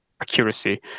accuracy